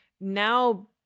now